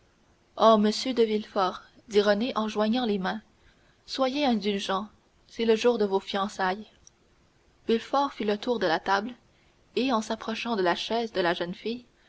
oh monsieur de villefort dit renée en joignant les mains soyez indulgent c'est le jour de vos fiançailles villefort fit le tour de la table et s'approchant de la chaise de la jeune fille